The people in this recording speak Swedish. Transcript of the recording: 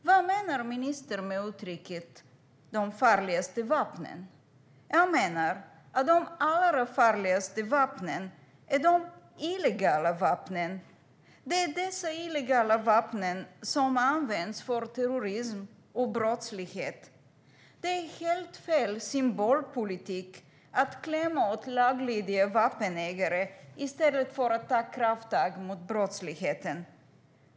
Vad menar ministern med de "farligaste vapnen"? Jag menar att de allra farligaste vapnen är de illegala vapnen. Det är dessa vapen som används för terrorism och brottslighet. Det är helt fel symbolpolitik att klämma åt laglydiga vapenägare i stället för att ta krafttag mot brottsligheten.